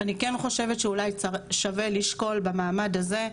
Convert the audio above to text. אני כן חושבת שאולי שווה לשקול במעמד הזה,